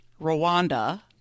Rwanda